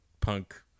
punk